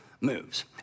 moves